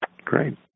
Great